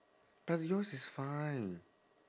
but yours is fine